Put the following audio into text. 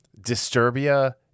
Disturbia